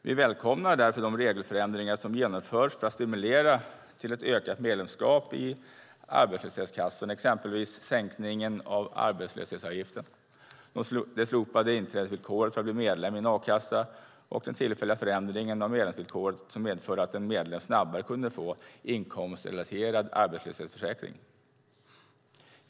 Vi välkomnar därför de regelförändringar som genomförs för att stimulera till ett ökat medlemskap i arbetslöshetskassan, exempelvis sänkningen av arbetslöshetsavgiften, de slopade inträdesvillkoren för att bli medlem i en a-kassa och den tillfälliga förändringen av medlemsvillkor som medförde att en medlem snabbare kunde få inkomstrelaterad arbetslöshetsförsäkring.